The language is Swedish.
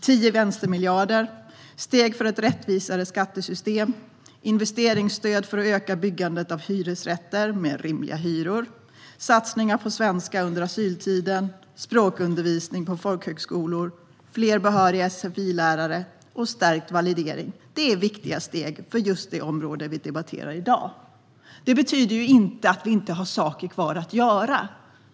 10 vänstermiljarder, steg för ett rättvisare skattesystem, investeringsstöd för att öka byggandet av hyresrätter med rimliga hyror, satsningar på svenska under asyltiden, språkundervisning på folkhögskolor, fler behöriga sfi-lärare och stärkt validering är viktiga steg för just det område vi debatterar i dag. Det betyder inte att vi inte har saker kvar att göra.